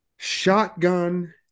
shotgun